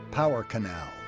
power canal,